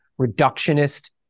reductionist